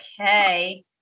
Okay